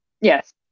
Yes